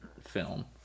film